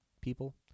people